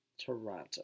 Toronto